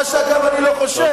אגב מה שאני לא חושב.